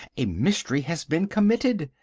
a mystery has been committed!